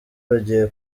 bagiye